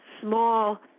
small